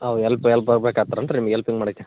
ಹೌದ್ ಎಲ್ಪ್ ಎಲ್ಪಾಗ್ಬೇಕಾತಲ್ರೀ ನಿಮ್ಗೆ ಎಲ್ಪಿಂಗ್ ಮಾಡಕ್ಕೆ